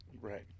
Right